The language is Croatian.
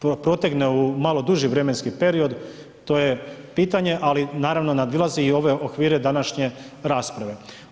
protegne u malo duži vremenski period, to je pitanje ali naravno nadilazi i ove okvire današnje rasprave.